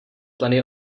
pleny